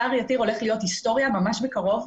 יער יתיר הולך להיות היסטוריה ממש בקרוב.